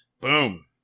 Boom